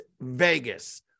Vegas